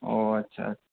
ओ अच्छा